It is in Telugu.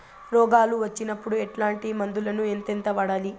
రోగాలు వచ్చినప్పుడు ఎట్లాంటి మందులను ఎంతెంత వాడాలి?